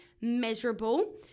measurable